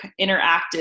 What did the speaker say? interactive